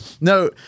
No